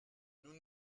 nous